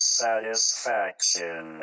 satisfaction